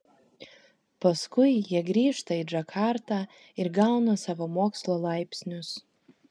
paskui jie grįžta į džakartą ir gauna savo mokslo laipsnius